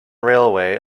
railway